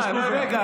רגע,